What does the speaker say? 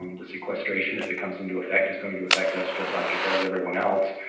um the sequestration, if it comes into effect, is going to effect us just like it does everyone else.